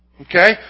Okay